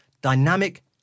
dynamic